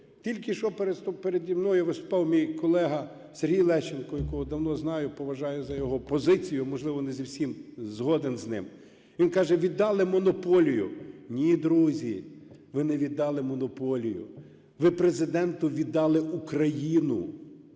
Тільки що переді мною виступав мій колега Сергій Лещенко, якого давно знаю, поважаю за його позицію. Я, можливо, не зі всім згоден з ним. Він каже: "Віддали монополію". Ні, друзі, ви не віддавали монополію, ви Президенту віддали Україну,